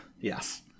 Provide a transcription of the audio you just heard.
Yes